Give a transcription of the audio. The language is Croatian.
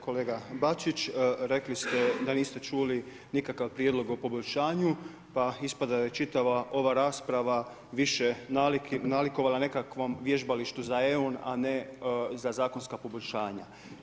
Kolega Bačić, rekli ste da niste čuli nikakav prijedlog o poboljšanju, pa ispada da je čitava ova rasprava više nalikovala nekakvom vježbalištu za eon, a ne za zakonska poboljšanja.